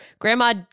grandma